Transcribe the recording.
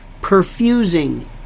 perfusing